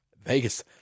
Vegas